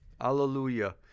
Hallelujah